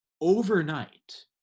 Overnight